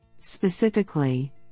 Specifically